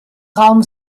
raum